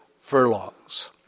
furlongs